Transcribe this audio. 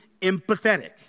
empathetic